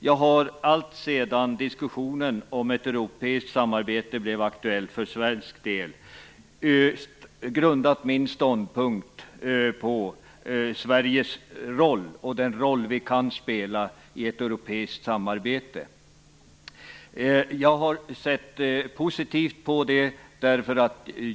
Jag har alltsedan diskussionen om ett europeiskt samarbete blev aktuell för svensk del grundat min ståndpunkt på Sveriges roll och den roll vi kan spela i ett europeiskt samarbete. Jag har sett positivt på det.